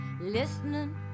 listening